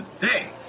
today